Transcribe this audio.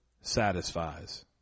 satisfies